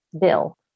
bill